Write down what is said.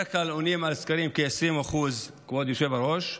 בדרך כלל עונים על סקרים כ-20%, כבוד היושב-ראש,